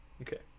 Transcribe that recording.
Okay